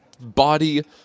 body